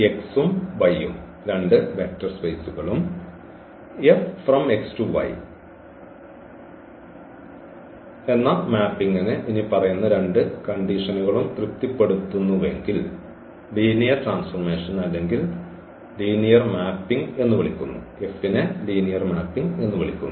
X ഉം Y ഉം രണ്ട് വെക്റ്റർ സ്പെയ്സുകളും F X → Y മാപ്പിംഗി നെ ഇനിപ്പറയുന്ന രണ്ട് കണ്ടീഷൻകൾ തൃപ്തിപ്പെടുത്തുന്നുവെങ്കിൽ ലീനിയർ ട്രാൻസ്ഫോർമേഷൻ അല്ലെങ്കിൽ ലീനിയർ മാപ്പിംഗ് എന്ന് വിളിക്കുന്നു